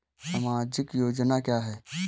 सामाजिक योजना क्या है?